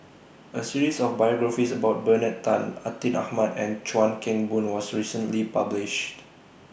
A series of biographies about Bernard Tan Atin Amat and Chuan Keng Boon was recently published